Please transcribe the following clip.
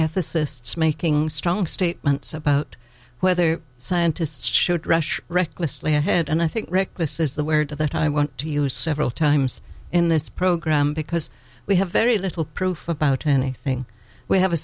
ethicists making strong statements about whether scientists should rush recklessly ahead and i think rick this is the word that i want to use several times in this program because we have very little proof about anything we have a